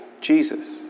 Jesus